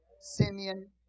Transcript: Simeon